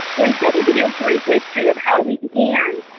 and just to give you a brief history of how we began,